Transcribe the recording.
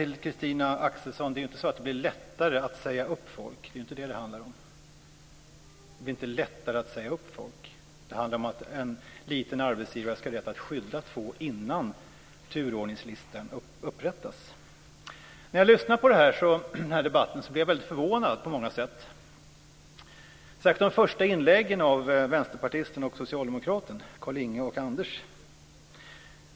Det är ju inte så att det blir lättare att säga upp folk, Christina Axelsson. Det handlar inte om det. Det handlar om att liten arbetsgivare ska ha rätt skydda två personer innan turordningslistan upprättas. När jag lyssnar på den här debatten blir jag väldigt förvånad på många sätt. Det gäller särskilt de första inläggen av vänsterpartisten och socialdemokraten, Carlinge och Anders.